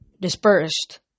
dispersed